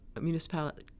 municipality